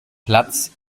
platz